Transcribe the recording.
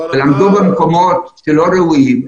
למדו במקומות לא ראויים,